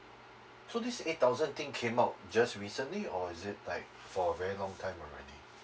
so this eight thousand thing came out just recently or is it like for a very long time already